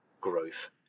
growth